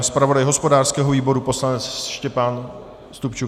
Zpravodaj hospodářského výboru poslanec Štěpán Stupčuk?